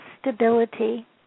stability